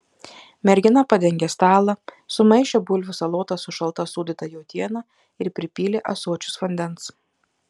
mergina padengė stalą sumaišė bulvių salotas su šalta sūdyta jautiena ir pripylė ąsočius vandens